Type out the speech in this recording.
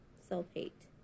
self-hate